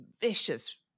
vicious